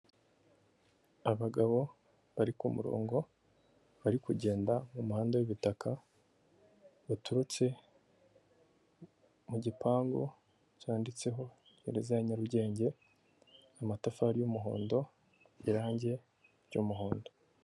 Abagabo bari ku murongo bari kugenda mu muhanda w'ibitaka buturutse mu gipangu cyanditseho gereza ya Nyarugenge, amatafari y'umuhondo, irangi ry'umuhondo.